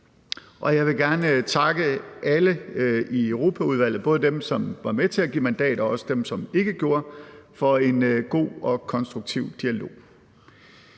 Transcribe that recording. Jeg vil gerne takke alle i Europaudvalget, både dem, som var med til at give mandat, og også dem, som ikke gjorde, for en god og konstruktiv dialog.